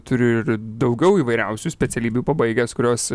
turi ir daugiau įvairiausių specialybių pabaigęs kurios